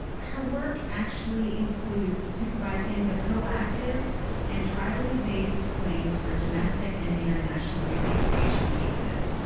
her work actually includes supervising the proactive and tribally based claims for domestic and international repatriation cases.